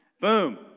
Boom